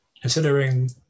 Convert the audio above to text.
considering